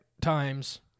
times